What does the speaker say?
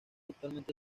actualmente